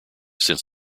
since